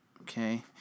okay